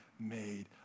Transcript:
made